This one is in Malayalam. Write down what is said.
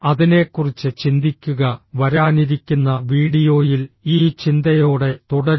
അതിനെക്കുറിച്ച് ചിന്തിക്കുക വരാനിരിക്കുന്ന വീഡിയോയിൽ ഈ ചിന്തയോടെ തുടരും